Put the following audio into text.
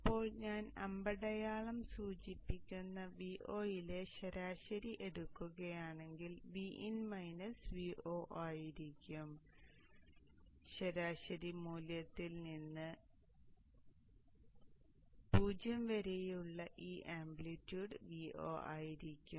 ഇപ്പോൾ ഞാൻ അമ്പടയാളം സൂചിപ്പിക്കുന്ന Vo യിലെ ശരാശരി എടുക്കുകയാണെങ്കിൽ Vin മൈനസ് Vo ആയിരിക്കും ശരാശരി മൂല്യത്തിൽ നിന്ന് 0 വരെയുള്ള ഈ ആംപ്ലിറ്റ്യൂഡ് Vo ആയിരിക്കും